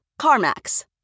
CarMax